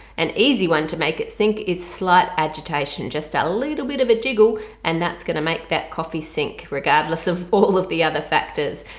an easy one to make it sink is slight agitation just a little bit of a jiggle and that's going to make that coffee sink regardless of all of the other factors.